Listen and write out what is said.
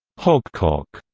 hogcock,